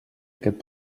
aquest